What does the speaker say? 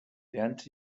lernte